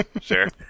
sure